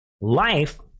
Life